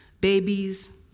babies